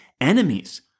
enemies